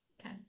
Okay